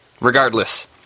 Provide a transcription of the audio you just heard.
regardless